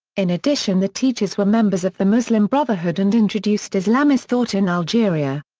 in addition the teachers were members of the muslim brotherhood and introduced islamist thought in algeria.